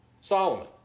Solomon